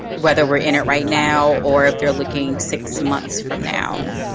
whether we're in it right now or if they're looking six months from now.